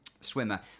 swimmer